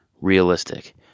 Realistic